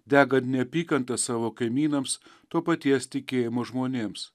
degant neapykanta savo kaimynams to paties tikėjimo žmonėms